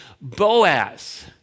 Boaz